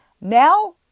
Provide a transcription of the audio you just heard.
Now